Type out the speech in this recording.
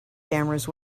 cameras